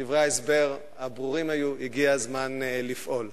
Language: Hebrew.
ודברי ההסבר הברורים היו: הגיע הזמן לפעול.